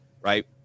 right